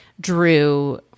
Drew